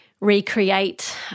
recreate